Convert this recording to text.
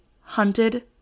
hunted